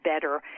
better